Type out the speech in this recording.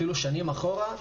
אפילו שנים אחורה,